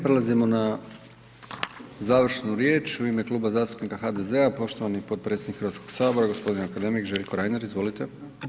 Prelazimo na završnu riječ, u ime Kluba zastupnika HDZ-a, poštovani potpredsjednik Hrvatskog sabora, g. akademik Željko Reiner, izvolite.